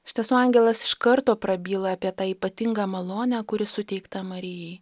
iš tiesų angelas iš karto prabyla apie tą ypatingą malonę kuri suteikta marijai